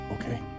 Okay